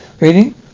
reading